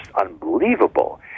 unbelievable